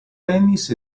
tennis